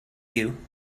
you